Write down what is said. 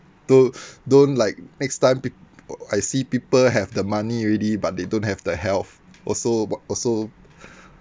to don't like next time pe~ I see people have the money already but they don't have the health also but also